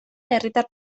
herritar